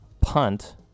punt